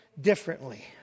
differently